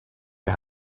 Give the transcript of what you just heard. wir